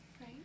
Right